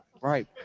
right